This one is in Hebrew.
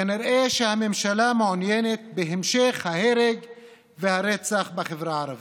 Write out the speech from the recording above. כנראה הממשלה מעוניינת בהמשך ההרג והרצח בחברה הערבית,